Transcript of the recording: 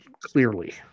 Clearly